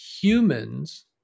Humans